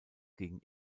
gegen